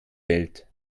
welt